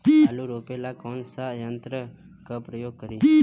आलू रोपे ला कौन सा यंत्र का प्रयोग करी?